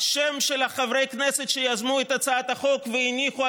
חברי הכנסת שהציגו כאן את ההצעה לסדר-היום,